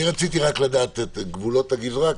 אני רציתי רק לדעת את גבולות הגזרה,